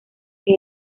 que